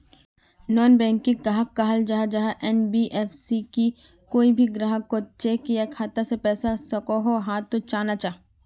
Non banking कहाक कहाल जाहा जाहा एन.बी.एफ.सी की कोई भी ग्राहक कोत चेक या खाता से पैसा सकोहो, हाँ तो चाँ ना चाँ?